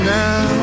now